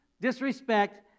disrespect